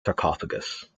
sarcophagus